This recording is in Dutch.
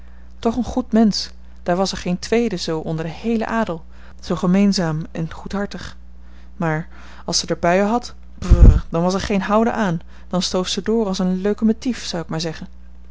toch een goed mensch daar was er geen tweede zoo onder den heelen adel zoo gemeenzaam en goedhartig maar als ze der buien had br dan was er geen houden aan dan stoof ze door als een leukemetief zel ik maar zeggen